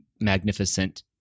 magnificent